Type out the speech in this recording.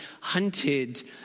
hunted